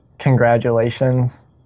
congratulations